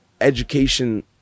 education